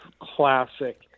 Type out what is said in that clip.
classic